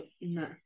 No